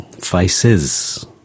faces